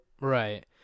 Right